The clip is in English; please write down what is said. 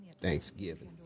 Thanksgiving